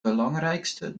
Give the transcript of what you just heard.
belangrijkste